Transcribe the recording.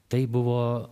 tai buvo